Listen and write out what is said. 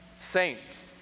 saints